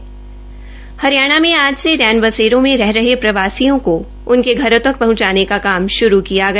हरियाणा में आज से रैन बसेरों में रह रहे प्रवासियों को उनके घरों तक पहुंचाने का काम शुरू किया गया